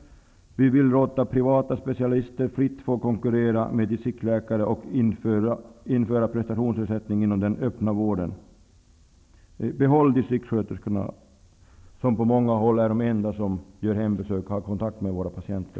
Vi vill låta privata specialister fritt få konkurrera med distriktläkare, och vi vill införa prestationsersättning inom den öppna vården. Vi vill behålla distriktssköterskorna, som på många håll är de enda som gör hembesök och har kontakt med våra patienter.